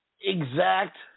exact